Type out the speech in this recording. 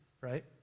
right